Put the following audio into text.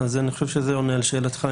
אני חושב שזה עונה על שאלתך.